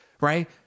right